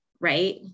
right